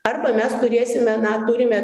arba mes turėsime na turime